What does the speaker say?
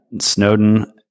Snowden